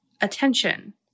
attention